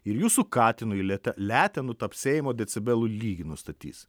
ir jūsų katinui lėta letenų tapsėjimo decibelų lygį nustatys